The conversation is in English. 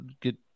get